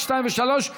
2 ו-3,